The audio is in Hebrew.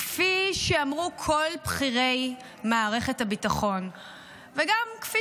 כפי שאמרו כל בכירי מערכת הביטחון וגם כפי